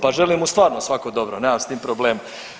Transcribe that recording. Pa želim mu stvarno svako dobro, nemam s tim problem.